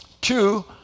Two